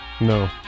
No